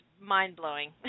mind-blowing